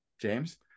James